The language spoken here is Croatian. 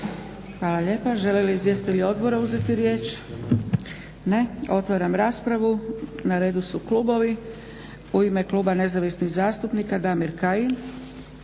Hvala lijepa. Žele li izvjestitelji odbora uzeti riječ? Ne. Otvaram raspravu, na redu su klubovi. U ime Kluba nezavisnih zastupnika Damir Kajin.